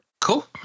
Cool